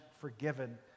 forgiven